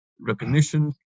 recognition